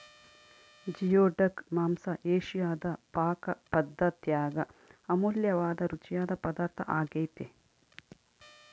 geoduck ಮಾಂಸ ಏಷಿಯಾದ ಪಾಕಪದ್ದತ್ಯಾಗ ಅಮೂಲ್ಯವಾದ ರುಚಿಯಾದ ಪದಾರ್ಥ ಆಗ್ಯೆತೆ